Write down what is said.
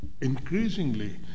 increasingly